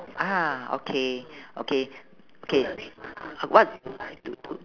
ah okay okay okay uh what to